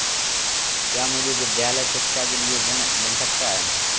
क्या मुझे विद्यालय शिक्षा के लिए ऋण मिल सकता है?